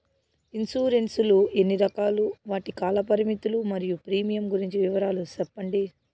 Insurance లు ఎన్ని రకాలు? వాటి కాల పరిమితులు మరియు ప్రీమియం గురించి వివరాలు సెప్పండి?